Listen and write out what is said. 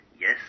Yes